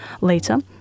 later